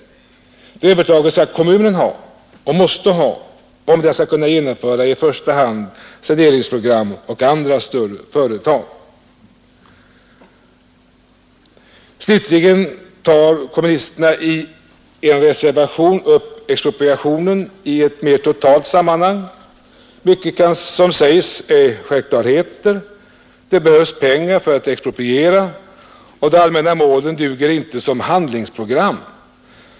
Det är ett övertag som kommunen har och måste ha, om den skall kunna genomföra saneringsprogram och andra större företag. Slutligen tar kommunisterna i en reservation upp expropriationen i ett mera totalt sammanhang. Mycket som sägs är självklarheter. Det behövs pengar för att expropriera och de allmänna målen duger inte som handlingsprogram.